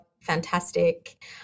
Fantastic